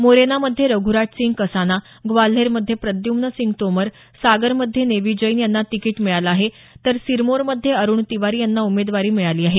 मोरेनामध्ये रघ्राज सिंग कसाना ग्वाल्हेरमध्ये प्रद्यम्न सिंग तोमर सागरमध्ये नेवी जैन यांना तिकीट मिळालं आहे तर सिरमोरमध्ये अरुण तिवारी यांना उमेदवारी मिळाली आहे